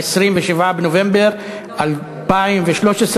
27 בנובמבר 2013,